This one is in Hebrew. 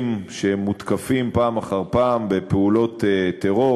שמותקפים פעם אחר פעם בפעולות טרור.